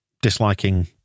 disliking